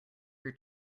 your